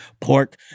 pork